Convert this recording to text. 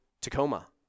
Tacoma